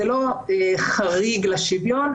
זה לא חריג לשוויון,